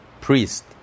priest